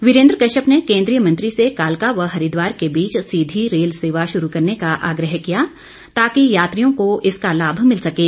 वीरेंद्र कश्यप ने केंद्रीय मंत्री से कालका व हरिद्वार के बीच सीधी रेल सेवा शुरू करने का आग्रह किया ताकि यात्रियों को इसका लाभ मिल सकें